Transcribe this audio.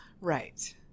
Right